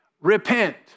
Repent